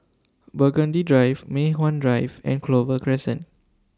Burgundy Drive Mei Hwan Drive and Clover Crescent